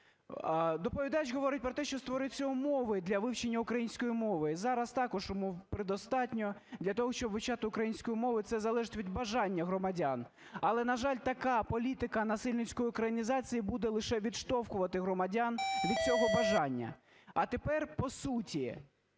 Доповідач говорить про те, що створить всі умови для вивчення української мови. Зараз також умов предостатньо для того, щоб вивчати українську мову, це залежить від бажання громадян. Але, на жаль, така політика насильницької українізації буде лише відштовхувати громадян від цього бажання. А тепер по суті.